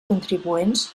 contribuents